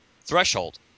threshold